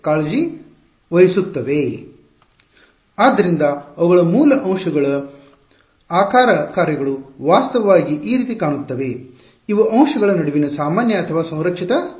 ಆದ್ದರಿಂದ ಅವುಗಳ ಮೂಲ ಅಂಶಗಳ ಶೆಪ್ ಫಂಕ್ಷನ್ ಆಕಾರ ಕಾರ್ಯಗಳು ವಾಸ್ತವವಾಗಿ ಈ ರೀತಿ ಕಾಣುತ್ತವೆ ಇವು ಅಂಶಗಳ ನಡುವಿನ ಸಾಮಾನ್ಯ ಅಥವಾ ಸಂರಕ್ಷಿತ ಪ್ರಮಾಣಗಳಾಗಿವೆ